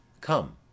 come